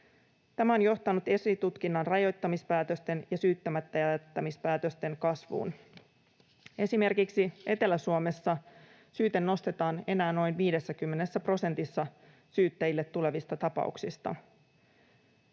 Tämä on johtanut esitutkinnan rajoittamispäätösten ja syyttämättäjättämispäätösten kasvuun. Esimerkiksi Etelä-Suomessa syyte nostetaan enää noin 50 prosentissa syyttäjille tulevista tapauksista.